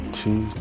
two